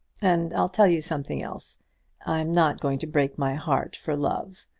and i'll tell you something else i'm not going to break my heart for love.